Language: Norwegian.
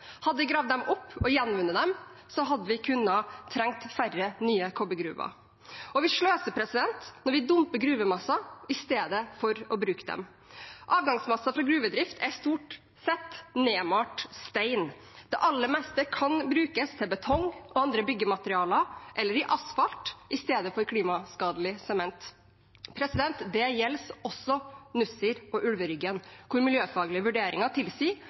Hadde vi gravd dem opp og gjenvunnet dem, hadde vi trengt færre nye kobbergruver. Og vi sløser når vi dumper gruvemasser i stedet for å bruke dem. Avgangsmasser fra gruvedrift er stort sett nedmalt stein. Det aller meste kan brukes til betong og andre byggematerialer, eller i asfalt, i stedet for klimaskadelig sement. Det gjelder også Nussir og Ulveryggen, hvor miljøfaglige vurderinger tilsier